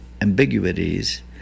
ambiguities